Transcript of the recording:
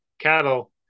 cattle